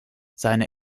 seine